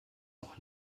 noch